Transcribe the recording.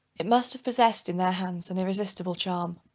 it must have possessed, in their hands, an irresistible charm.